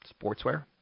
sportswear